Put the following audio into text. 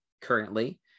currently